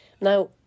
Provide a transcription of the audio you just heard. Now